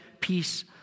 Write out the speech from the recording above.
Peace